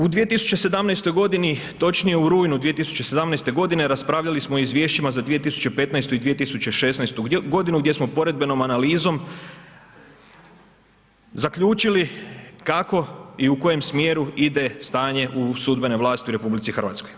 U 2017. godini točnije u rujnu 2017. godine raspravljali smo o izvješćima za 2015. i 2016. godinu gdje smo poredbenom analizom zaključili kako i u kojem smjeru ide stanje u sudbenoj vlasti u RH.